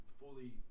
fully